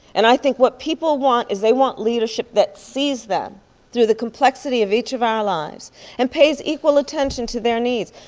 and i think what people want is they want leadership that sees them through the complexity of each of our lives and pays equal attention to their needs.